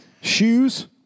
shoes